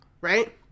Right